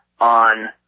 on